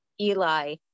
Eli